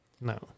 No